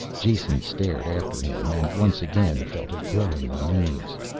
jason stared after him and once again felt a growing unease.